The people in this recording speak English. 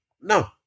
No